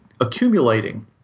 accumulating